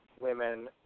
women